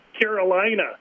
Carolina